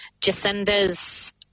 Jacinda's